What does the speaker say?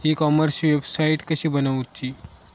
E कॉमर्सची website कशी बनवची?